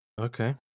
Okay